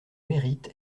mérite